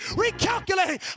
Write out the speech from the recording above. recalculating